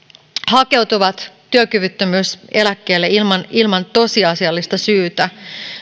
hakeutuvat työkyvyttömyyseläkkeelle ilman ilman tosiasiallista syytä